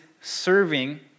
serving